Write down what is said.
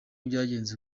byagenze